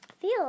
feel